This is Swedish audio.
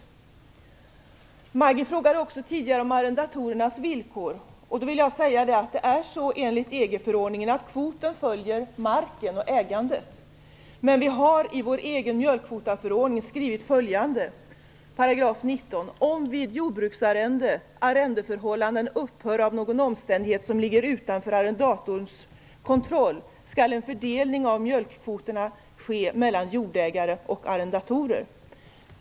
Maggi Mikaelsson frågade också tidigare om arrendatorernas villkor. Enligt EG-förordningen följer kvoten marken och ägandet. Men vi har i vår egen mjölkkvotförordning skrivit följande i § 19: Om vid jordbruksarrende arrendeförhållanden upphör av någon omständighet som ligger utanför arrendatorns kontroll skall en fördelning av mjölkkvoterna ske mellan jordägare och arrendatorer.